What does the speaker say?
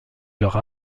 leurs